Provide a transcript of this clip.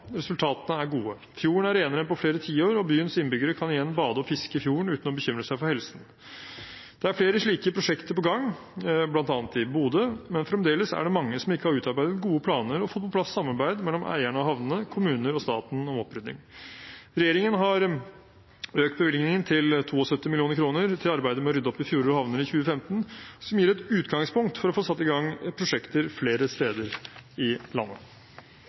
Resultatene er gode. Fjorden er renere enn på flere tiår, og byens innbyggere kan igjen bade og fiske i fjorden uten å bekymre seg for helsen. Det er flere slike prosjekter på gang, bl.a. i Bodø, men fremdeles er det mange som ikke har utarbeidet gode planer og fått på plass samarbeid mellom eierne av havnene, kommuner og staten, om opprydding. Regjeringen har økt bevilgningen – til 72 mill. kr – til arbeidet med å rydde opp i fjorder og havner i 2015, som gir et utgangspunkt for å få satt i gang prosjekter flere steder i landet.